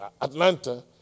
Atlanta